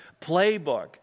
playbook